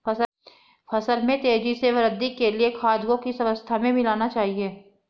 फसल में तेज़ी से वृद्धि के लिए खाद को किस अवस्था में मिलाना चाहिए?